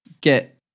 get